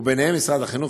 ובהם משרד החינוך,